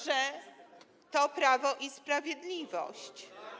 że to Prawo i Sprawiedliwość.